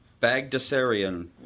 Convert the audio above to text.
Bagdasarian